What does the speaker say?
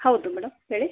ಹೌದು ಮೇಡಮ್ ಹೇಳಿ